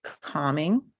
calming